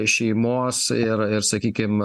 šeimos ir ir sakykim